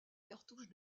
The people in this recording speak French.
cartouches